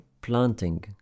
planting